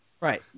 Right